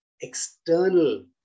external